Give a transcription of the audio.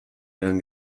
edan